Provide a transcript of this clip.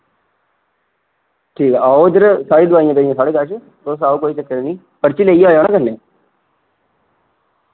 ठीक ऐ आओ इद्धर सारी दोआइयां पेदियां साढ़े कच्छ तुस आओ कोई चक्कर नि पर्ची लेइयै आयो ना कन्नै